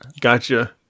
Gotcha